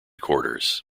quarters